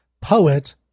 poet